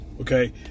Okay